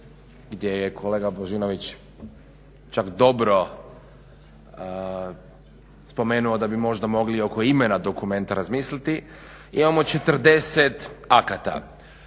gdje je kolega Božinović čak dobro spomenuo da bi možda mogli oko imena dokumenta razmisliti imamo 40 akata.